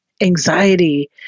anxiety